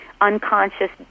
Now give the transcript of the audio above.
unconscious